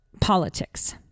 politics